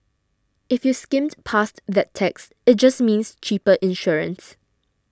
if you skimmed past that text it just means cheaper insurance